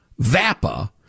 VAPA